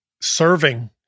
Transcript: serving